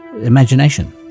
imagination